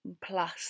plus